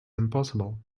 impossible